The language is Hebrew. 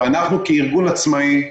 אנחנו, כארגון עצמאי,